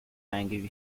angry